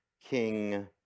king